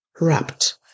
wrapped